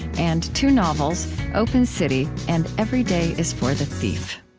and two novels open city and every day is for the thief